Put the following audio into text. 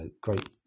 great